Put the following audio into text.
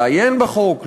לעיין בחוק,